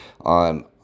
On